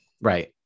Right